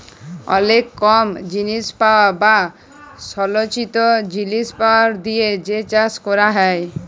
অলেক কম জিলিসপত্তর বা সলচিত জিলিসপত্তর দিয়ে যে চাষ ক্যরা হ্যয়